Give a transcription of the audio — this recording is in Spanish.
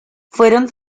fueron